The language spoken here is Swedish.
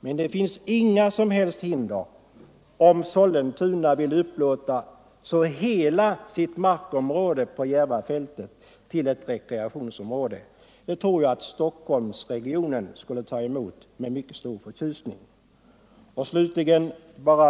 Men det föreligger inga som helst hinder för Sollentuna att upplåta hela sin mark på Järvafältet till rekreationsområde. Det är något som jag tror att Stockholmsregionen skulle ta emot med mycket stor förtjusning.